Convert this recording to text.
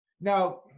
Now